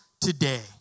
Today